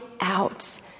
out